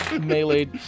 melee